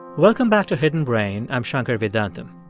welcome back to hidden brain. i'm shankar vedantam.